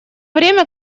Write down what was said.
время